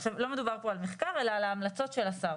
עכשיו לא מדובר פה על מחקר אלא על ההמלצות של השר.